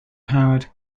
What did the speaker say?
powered